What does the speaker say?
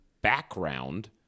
background